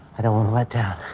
i don't want to let down.